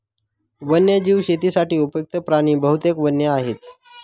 वन्यजीव शेतीसाठी उपयुक्त्त प्राणी बहुतेक वन्य आहेत